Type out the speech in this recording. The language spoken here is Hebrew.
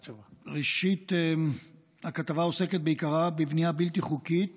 ראשית, הכתבה עוסקת בעיקרה בבנייה בלתי חוקית